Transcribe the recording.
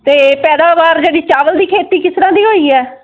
ਅਤੇ ਪੈਦਾਵਾਰ ਜਿਹੜੀ ਚਾਵਲ ਦੀ ਖੇਤੀ ਕਿਸ ਤਰ੍ਹਾਂ ਦੀ ਹੋਈ ਹੈ